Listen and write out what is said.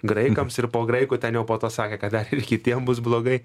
graikams ir po graikų ten jau po to sakė kad ai ir kitiem bus blogai